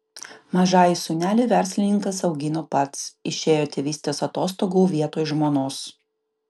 mažąjį sūnelį verslininkas augino pats išėjo tėvystės atostogų vietoj žmonos